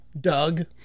Doug